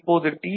இப்போது டி